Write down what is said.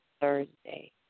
Thursday